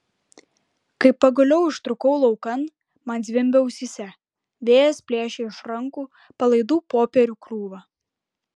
kai pagaliau ištrūkau laukan man zvimbė ausyse vėjas plėšė iš rankų palaidų popierių krūvą